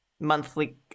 monthly